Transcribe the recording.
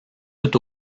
tout